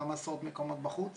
כמה עשרות מקומות בחוץ